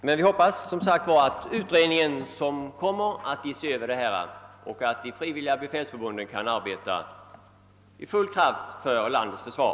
Jag hoppas, som sagt, att den pågående utredningen skall föreslå förbättringar och att bl.a. de frivilliga befälsförbunden kan arbeta vidare för landets försvar.